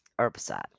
herbicide